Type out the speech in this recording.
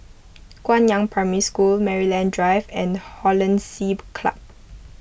Guangyang Primary School Maryland Drive and Hollandse Club